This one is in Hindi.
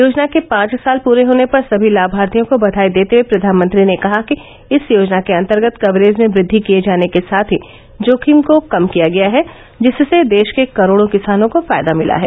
योजना के पांच साल पूरे होने पर सभी लाभार्थियों को बघाई देते हए प्रघानमंत्री ने कहा कि इस योजना के अन्तर्गत कवरेज में बृद्धि किए जाने के साथ ही जोखिम को कम किया गया है जिससे देश के करोड़ों किसानों को फायदा मिला है